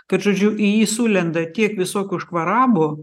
kad žodžiu į jį sulenda tiek visokių škvarabų